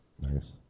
nice